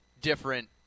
different